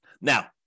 Now